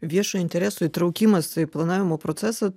viešojo intereso įtraukimas į planavimo procesą